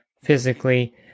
physically